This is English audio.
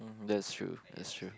that's true that's true